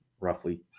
roughly